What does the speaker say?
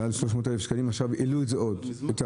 מעל 300,000 שקלים, עכשיו העלו את זה עוד.